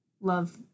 love